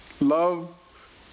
love